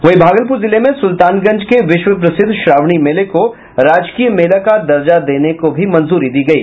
वहीं भागलपुर जिले में सुलतानगंज के विश्व प्रसिद्ध श्रावणी मेले को राजकीय मेला का दर्जा देने को भी मंजूरी दी गयी